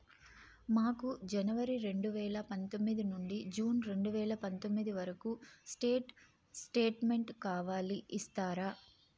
మాకు జనవరి రెండు వేల పందొమ్మిది నుండి జూన్ రెండు వేల పందొమ్మిది వరకు స్టేట్ స్టేట్మెంట్ కావాలి ఇస్తారా